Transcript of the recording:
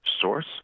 source